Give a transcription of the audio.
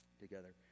together